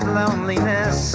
loneliness